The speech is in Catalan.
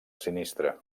sinistre